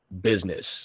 business